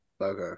Okay